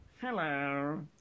Hello